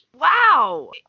Wow